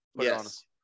Yes